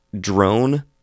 drone